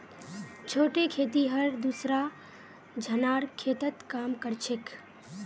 छोटे खेतिहर दूसरा झनार खेतत काम कर छेक